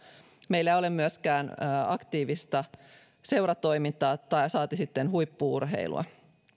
meillä ei ole myöskään aktiivista seuratoimintaa saati sitten huippu urheilua